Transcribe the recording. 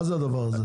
מה זה הדבר הזה?